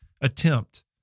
attempt